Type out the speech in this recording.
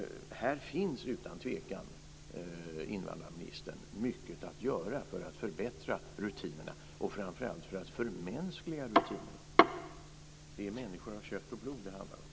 Här finns alltså utan tvekan, invandrarministern, mycket att göra för att förbättra rutinerna - och framför allt för att förmänskliga rutinerna. Det är människor av kött och blod det handlar om.